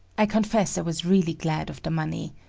i confess i was really glad of the money.